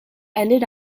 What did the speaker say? ended